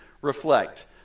reflect